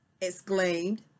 exclaimed